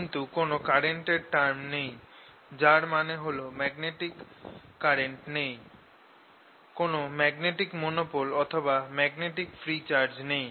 কিন্তু কোন কারেন্ট এর টার্ম নেই যার মানে হল কোন ম্যাগনেটিক কারেন্ট নেই কোন ম্যাগনেটিক মনোপোল অথবা ম্যাগনেটিক ফ্রী চার্জ নেই